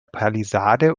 palisade